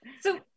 So-